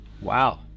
wow